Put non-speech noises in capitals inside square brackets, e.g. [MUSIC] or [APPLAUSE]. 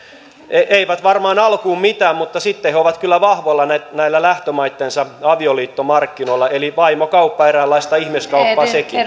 eivät varmaan alkuun mitään mutta sitten he ovat kyllä vahvoilla näillä lähtömaittensa avioliittomarkkinoilla eli vaimokauppaa eräänlaista ihmiskauppaa sekin [UNINTELLIGIBLE]